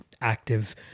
active